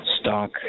stock